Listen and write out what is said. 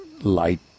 light